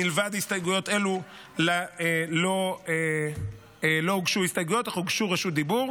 מלבד הסתייגויות אלו לא הוגשו הסתייגויות אך הוגשו בקשות רשות דיבור.